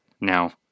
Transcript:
now